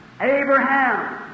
Abraham